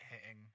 hitting